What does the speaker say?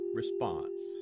response